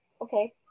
okay